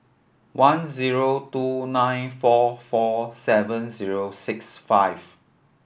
one zero two nine four four seven zero six five